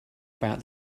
about